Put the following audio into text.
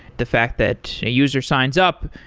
the fact that a user signs up,